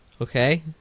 Okay